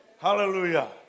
Hallelujah